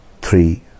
three